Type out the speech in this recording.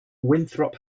winthrop